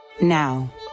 Now